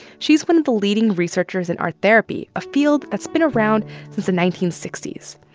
she's one of the leading researchers in art therapy, a field that's been around since the nineteen sixty s.